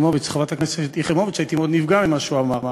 יש כאלה שממציאים כל מיני המצאות של קנטוניזציה כזו או אחרת,